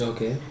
Okay